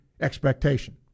expectation